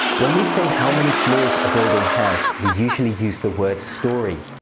when we say how many floors a building has, we usually use the word storey,